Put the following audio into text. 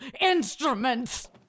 instruments